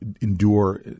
endure